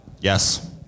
Yes